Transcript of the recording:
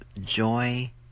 joy